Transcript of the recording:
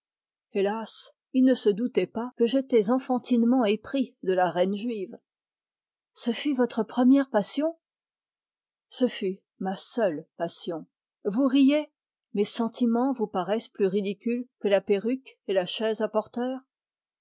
hélas il ne se doutait pas que j'étais enfantinement épris de la reine juive ce fut votre première passion ce fut ma seule passion vous riez mes sentiments vous paraissent plus ridicules que la perruque et la chaise à porteurs